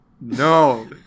No